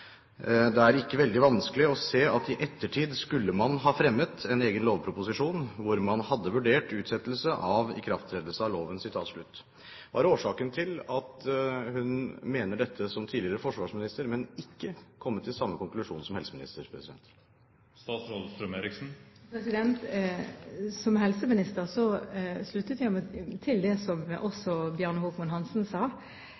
er ikke veldig vanskelig å se at i ettertid skulle man ha fremmet en egen lovproposisjon hvor man hadde vurdert utsettelse av ikrafttredelse av loven.» Hva er årsaken til at hun mener dette som tidligere forsvarsminister, men ikke har kommet til samme konklusjon som helseminister? Som helseminister sluttet jeg meg til det som Bjarne Håkon Hanssen sa, om at man burde vurdert å gå til